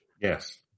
Yes